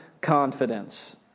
confidence